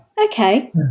okay